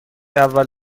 اول